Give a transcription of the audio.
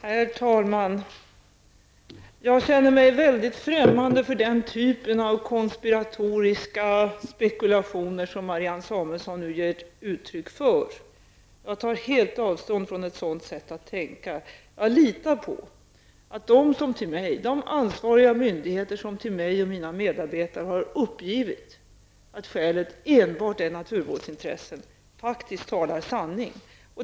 Herr talman! Jag känner mig främmande för den typen av konspiratoriska spekulationer som Mariannne Samuelsson ger uttryck för. Jag tar helt avstånd från ett sådant sätt att tänka. Jag litar på att de ansvariga myndigheter som till mig och mina medarbetare har uppgivit att skälet enbart är naturvårdsintressen faktiskt talar sanning.